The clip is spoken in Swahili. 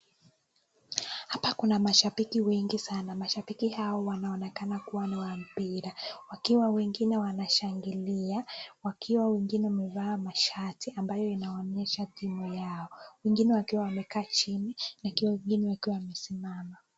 Hapa kuna mashambiki wengi sana. Mashambiki hawa wanaonekana kuwa ni wa mpira, wakiwa wengine wanashangilia, wakiwa wengine wamevaa mashati ambayo inaonyesha timu yao, wengine wakiwa wamekaa chini, wengine wakiwa wamesimama.